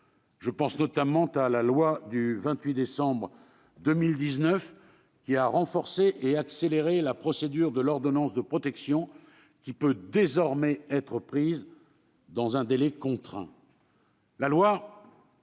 Je pense notamment à la loi du 28 décembre 2019, qui a renforcé et accéléré la procédure de l'ordonnance de protection, laquelle peut désormais être prise dans un délai contraint.